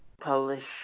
Polish